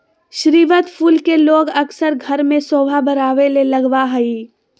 स्रीवत फूल के लोग अक्सर घर में सोभा बढ़ावे ले लगबा हइ